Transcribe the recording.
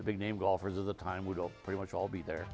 big name golfers of the time would pretty much all be there